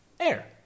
Air